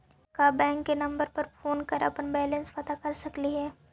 का बैंक के नंबर पर फोन कर के अपन बैलेंस पता कर सकली हे?